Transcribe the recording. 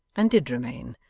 and did remain,